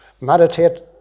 meditate